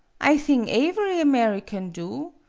i thing aevery american do.